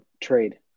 Trade